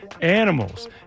animals